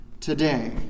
today